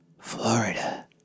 Florida